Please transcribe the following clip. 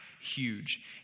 huge